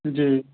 जी